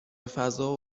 فضا